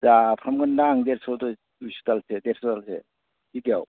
जाफ्रामगोनदां देरस' दुइस'दालसो देरस'दालसो बिगायाव